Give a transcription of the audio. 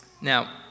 Now